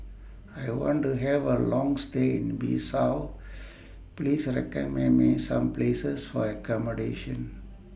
I want to Have A Long stay in Bissau Please recommend Me Some Places For accommodation